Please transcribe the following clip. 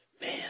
man